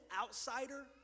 outsider